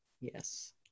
Yes